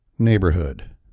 Neighborhood